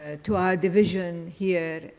ah to our division here,